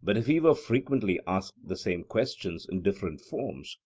but if he were frequently asked the same questions, in different forms,